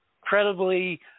incredibly